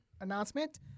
announcement